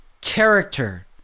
character